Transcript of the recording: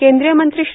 केंद्रीय मंत्री श्री